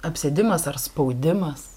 apsėdimas ar spaudimas